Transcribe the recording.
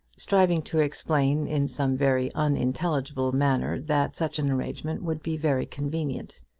striving to explain in some very unintelligible manner that such an arrangement would be very convenient.